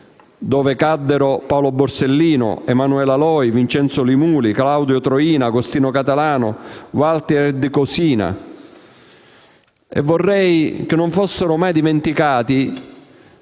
quale caddero Paolo Borsellino, Emanuela Loi, Vincenzo Li Muli, Claudio Traina, Agostino Catalano, Walter Eddie Cosina. Vorrei che non fossero mai dimenticate